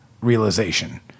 realization